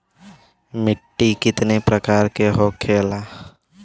मिट्टी कितने प्रकार के होखेला?